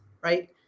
Right